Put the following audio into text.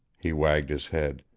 he wagged his head.